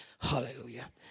Hallelujah